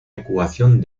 ecuación